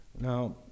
Now